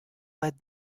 let